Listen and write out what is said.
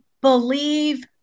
believe